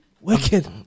wicked